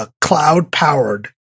cloud-powered